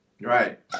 Right